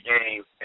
games